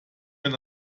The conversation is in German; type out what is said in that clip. wenn